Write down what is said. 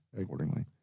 accordingly